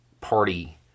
Party